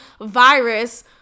virus